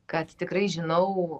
kad tikrai žinau